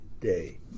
day